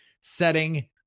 setting